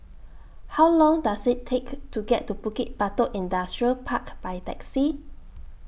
How Long Does IT Take to get to Bukit Batok Industrial Park By Taxi